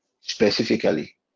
specifically